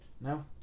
No